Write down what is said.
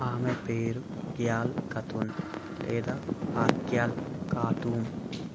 ఆమె పేరు గ్యాల్ ఖాతూన్ లేదా ఆర్గ్యాల్ ఖాతూన్